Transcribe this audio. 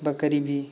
बकरी भी